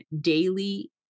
daily